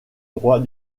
droit